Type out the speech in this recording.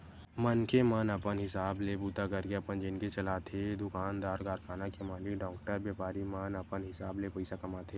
मनखे मन अपन हिसाब ले बूता करके अपन जिनगी चलाथे दुकानदार, कारखाना के मालिक, डॉक्टर, बेपारी मन अपन हिसाब ले पइसा कमाथे